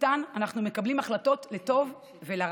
איתן אנחנו מקבלים החלטות, לטוב ולרע,